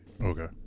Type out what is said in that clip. Okay